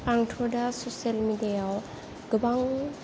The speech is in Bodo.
आंथ' दा ससियेल मिडियायाव गोबां